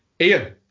Ian